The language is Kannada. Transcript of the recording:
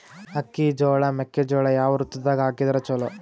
ಅಕ್ಕಿ, ಜೊಳ, ಮೆಕ್ಕಿಜೋಳ ಯಾವ ಋತುದಾಗ ಹಾಕಿದರ ಚಲೋ?